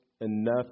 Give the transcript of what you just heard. enough